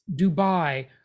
Dubai